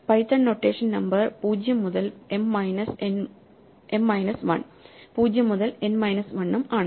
Python notation number 0 മുതൽ m minus 1 0 മുതൽ n minus 1 ഉം ആണ്